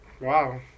wow